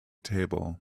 table